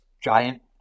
giant